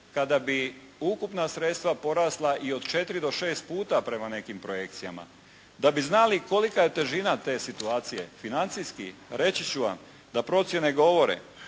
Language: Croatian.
kada bi ukupna sredstva porasla i od 4 do 6 puta prema nekim projekcijama. Da bi znali kolika je težina te situacije financijski reći ću vam da procjene govore